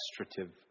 illustrative